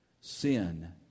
Sin